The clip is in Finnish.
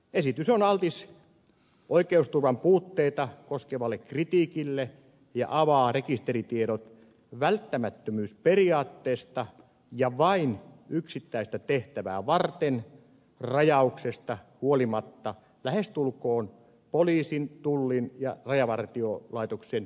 esitys on altis oikeusturvan puutteita koskevalle kritiikille ja avaa rekisteritiedot välttämättömyysperiaatteesta ja vain yksittäistä tehtävää varten rajauksesta huolimatta lähestulkoon poliisin tullin ja rajavartiolaitoksen yleiskäyttöön